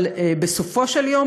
אבל בסופו של דבר,